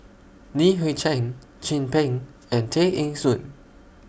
Li Hui Cheng Chin Peng and Tay Eng Soon